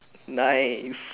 nice